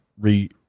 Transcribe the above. re